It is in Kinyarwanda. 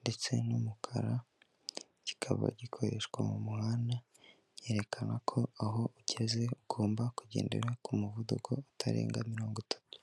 ndetse n'umukara, kikaba gikoreshwa mu muhanda cyerekana ko aho ugezeze ugomba kugendera ku muvuduko utarenga mirongo itatu.